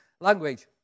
language